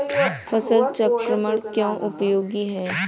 फसल चक्रण क्यों उपयोगी है?